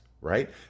right